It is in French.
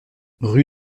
rue